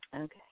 Okay